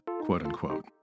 quote-unquote